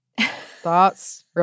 thoughts